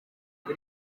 ngo